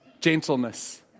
gentleness